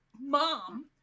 mom